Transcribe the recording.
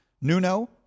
Nuno